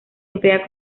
emplea